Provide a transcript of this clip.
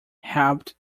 helped